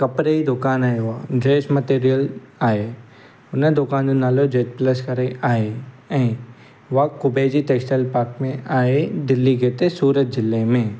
कपिड़े जी दुकानु आहे उहा ड्रेस मतिरियल आहे हुन दुकान जो नालो जैड प्लस करे आहे ऐं वाक कूबे जी टैक्सटाइल पाक में आहे दिल्ली गेट ते सूरत ज़िले में